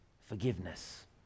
forgiveness